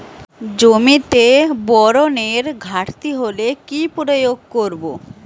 জমিতে বোরনের ঘাটতি হলে কি প্রয়োগ করব?